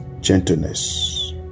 gentleness